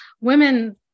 women